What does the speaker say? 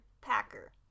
Packer